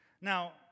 Now